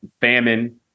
famine